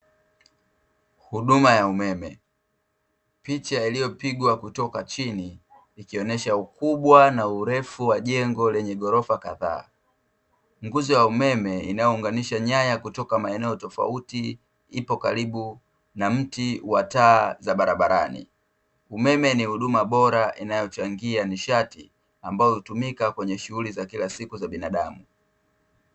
Huduma ya umeme, picha iliyopigwa kutoka chini ikionyesha ukubwa na urefu wa jengo lenye ghorofa kadhaa. Nguzo ya umeme inayounganisha nyaya kutoka maeneo tofauti ipo karibu na mti wa taa za barabarani. Umeme ni huduma bora inayochangia nishati ambayo hutumika kwenye shughuli za kila siku za binadamu.